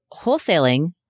wholesaling